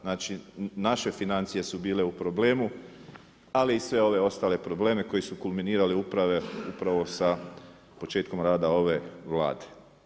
Znači naše financije su bile u problemu ali i sve ove ostale probleme koji su kulminirali upravo sa početkom rada ove Vlade.